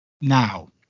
now